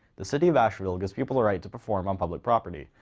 the city of asheville gives people a right to perform on public property,